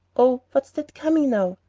oh, what's that coming now?